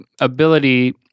ability